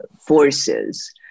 forces